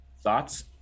Thoughts